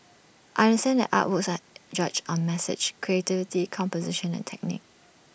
I understand that artworks are judged on message creativity composition and technique